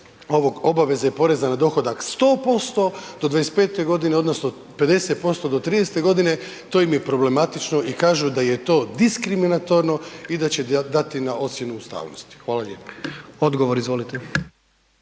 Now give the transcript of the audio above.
ovog obaveze poreza na dohodak 100% do 25 godine odnosno 50% do 30 godine to im je problematično i kažu da je to diskriminatorno i da će dati na ocjenu ustavnosti. Hvala lijepo. **Jandroković,